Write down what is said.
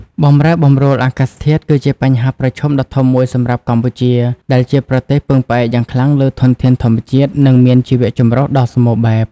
បម្រែបម្រួលអាកាសធាតុគឺជាបញ្ហាប្រឈមដ៏ធំមួយសម្រាប់កម្ពុជា ដែលជាប្រទេសពឹងផ្អែកយ៉ាងខ្លាំងលើធនធានធម្មជាតិ និងមានជីវចម្រុះដ៏សម្បូរបែប។